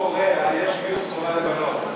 בצפון-קוריאה יש גיוס חובה לבנות.